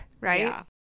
Right